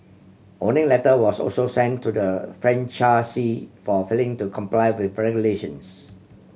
warning letter was also sent to the franchisee for failing to comply with regulations